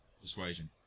Persuasion